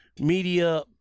media